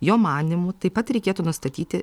jo manymu taip pat reikėtų nustatyti